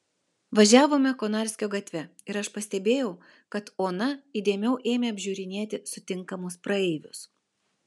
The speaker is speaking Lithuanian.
važiavome konarskio gatve ir aš pastebėjau kad ona įdėmiau ėmė apžiūrinėti sutinkamus praeivius